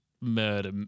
murder